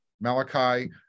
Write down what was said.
Malachi